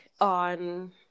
on